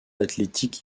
athletic